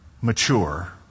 mature